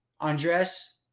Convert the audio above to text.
Andres